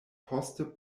poste